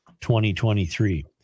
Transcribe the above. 2023